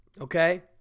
okay